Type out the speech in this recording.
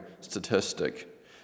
statistic